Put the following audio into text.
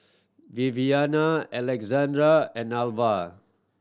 Viviana Alessandra and Alvah